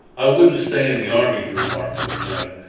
i wouldn't stay in the army, he remarked to a friend.